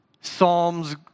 psalms